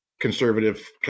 Conservative